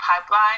pipeline